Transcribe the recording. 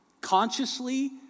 Consciously